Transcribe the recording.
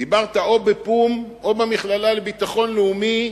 דיברת או בפו"ם, או במכללה לביטחון לאומי,